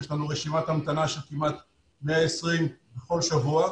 יש לנו רשימת המתנה של כמעט 120 בכל שבוע,